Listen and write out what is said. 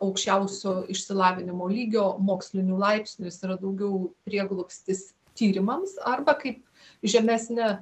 aukščiausio išsilavinimo lygio mokslinių laipsnių jis yra daugiau prieglobstis tyrimams arba kaip žemesnė